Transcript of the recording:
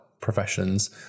professions